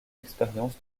expérience